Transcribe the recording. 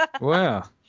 Wow